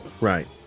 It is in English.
right